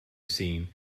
seen